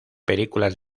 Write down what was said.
películas